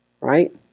right